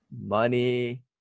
money